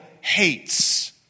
hates